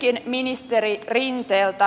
kysynkin ministeri rinteeltä